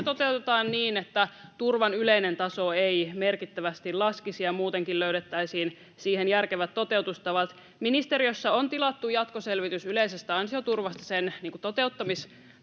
toteutetaan niin, että turvan yleinen taso ei merkittävästi laskisi ja muutenkin löydettäisiin siihen järkevät toteutustavat. Ministeriössä on tilattu jatkoselvitys yleisestä ansioturvasta sen toteuttamistapojen